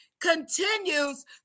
continues